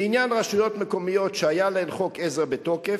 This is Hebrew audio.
לעניין רשויות מקומיות שהיה להן חוק עזר בתוקף